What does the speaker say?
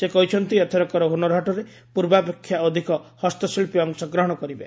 ସେ କହିଛନ୍ତି ଏଥରକର ହୁନରହାଟରେ ପୂର୍ବାପେକ୍ଷା ଅଧିକ ହସ୍ତଶିଳ୍ପୀ ଅଂଶଗ୍ରହଣ କରିବେ